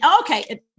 okay